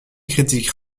critique